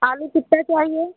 आलू कितना चाहिए